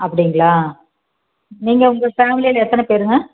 அப்படிங்களா நீங்கள் உங்கள் ஃபேமிலியில் எத்தனை பேருங்க